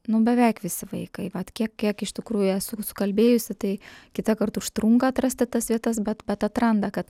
nu beveik visi vaikai vat kiek kiek iš tikrųjų esu kalbėjusi tai kitąkart užtrunka atrasti tas vietas bet bet atranda kad